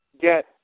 get